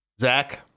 Zach